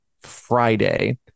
friday